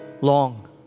long